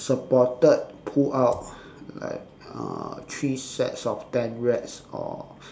supported pull up like uh three sets of ten reps or